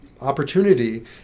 opportunity